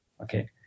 Okay